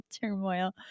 turmoil